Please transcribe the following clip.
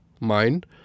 mind